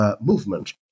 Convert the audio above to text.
movement